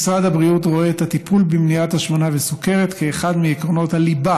משרד הבריאות רואה את הטיפול במניעת השמנה וסוכרת כאחד מעקרונות הליבה